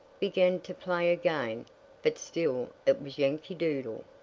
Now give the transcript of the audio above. began to play again but still it was yankee doodle.